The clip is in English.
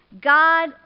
God